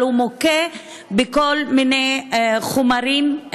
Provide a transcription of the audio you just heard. זה אזור שמוכה בכל מיני חומרים,